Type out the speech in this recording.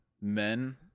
men